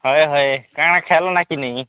ହଏ ହଏ କାଣା ଖାଇଲ ନା କିନି